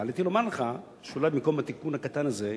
ועליתי לומר לך שאולי במקום התיקון הקטן הזה,